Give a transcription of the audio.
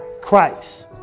Christ